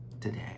today